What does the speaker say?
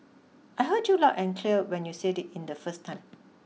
I heard you loud and clear when you said it in the first time